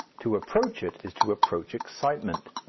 to approach it is to approach excitement.